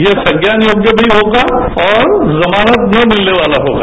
यह संज्ञान योग्य भी होगा और जमानत ना मिलने वाला होगा